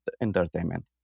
entertainment